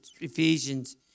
ephesians